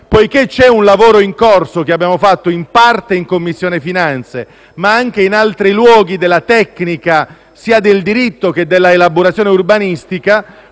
che c'è un lavoro in corso svolto in parte in Commissione finanze, ma anche in altri luoghi della tecnica, del diritto e dell'elaborazione urbanistica,